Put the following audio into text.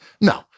No